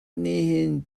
nihin